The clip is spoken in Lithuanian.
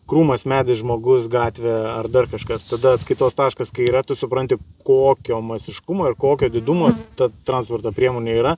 krūmas medis žmogus gatvė ar dar kažkas tada atskaitos taškas kai yra tu supranti kokio masiškumo ir kokio didumo ta transporto priemonė yra